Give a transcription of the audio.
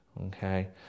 okay